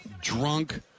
drunk